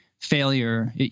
failure